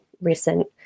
recent